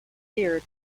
cyr